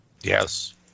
Yes